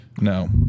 No